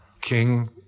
King